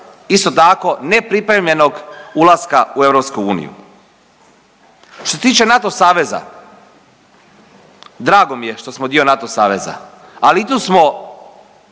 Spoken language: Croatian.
isto tako nepripremljenog ulaska u EU. Što se tiče NATO saveza, drago mi je što smo dio NATO saveza, ali i tu smo